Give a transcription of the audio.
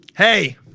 Hey